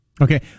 Okay